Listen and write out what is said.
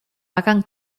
hagan